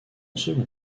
second